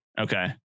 Okay